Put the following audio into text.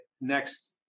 next